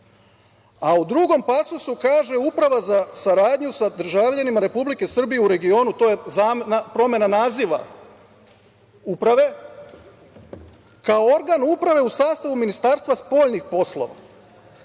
a u drugom pasusu kaže „uprava za saradnju sa državljanima Republike Srbije u regionu“, to je promena naziva uprave, „kao organ uprave u sastavu Ministarstva spoljnih poslova“.